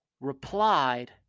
replied